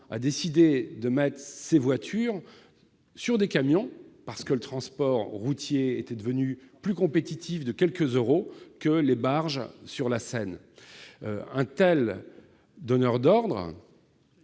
a décidé de transporter ses voitures sur des camions parce que le transport routier était devenu plus compétitif de quelques euros que le transport par barges, sur la Seine. Si un tel donneur d'ordre